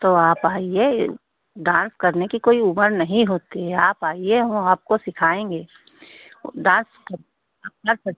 तो आप आइए डान्स करने की कोई उम्र नहीं होती है आप आइए हम आपको सिखाएँगे ओ डान्स सब आप कर सक